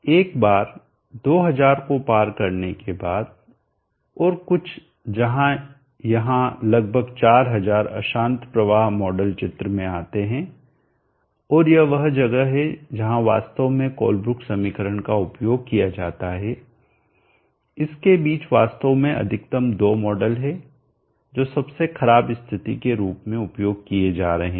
एक बार 2000 को पार करने के बाद और कुछ जहां यहां लगभग 4000 अशांत प्रवाह मॉडल चित्र में आते हैं और यह वह जगह है जहां वास्तव में कोलब्रुक समीकरण का उपयोग किया जाता है इसके बीच वास्तव में अधिकतम 2 मॉडल हैं जो सबसे खराब स्थिति के रूप में उपयोग किए जा रहे हैं